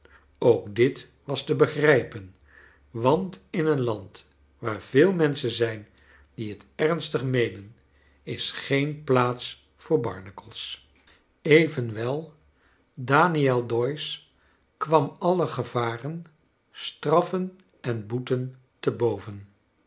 ook dit was te begrijpen want in een land waar veel menschen zijn die het ernstig meenen is geen plaats voor barnacles evenwel daniel doyce kwam alle gevaren straifen en boeten te boven